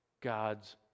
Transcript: God's